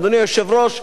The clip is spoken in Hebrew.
אדוני היושב-ראש,